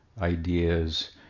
ideas